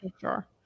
sure